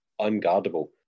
unguardable